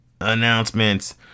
Announcements